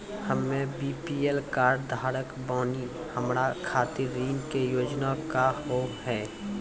हम्मे BPL card धारक बानि हमारा खातिर ऋण के योजना का होव हेय?